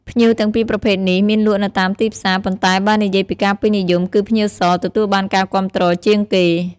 ផ្ញៀវទាំងពីរប្រភេទនេះមានលក់នៅតាមទីផ្សារ ប៉ុន្តែបើនិយាយពីការពេញនិយម គឺ ផ្ញៀវស ទទួលបានការគាំទ្រជាងគេ។